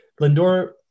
Lindor